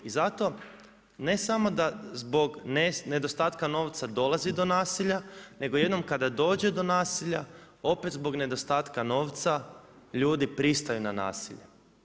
I zato ne samo da zbog nedostatka novca dolazi do nasilja nego jednom kada dođe do nasilja opet zbog nedostatka novca ljudi pristaju na nasilje.